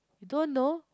don't know